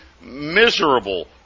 miserable